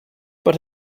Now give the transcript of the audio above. but